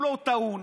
שכולו טעון,